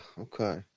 okay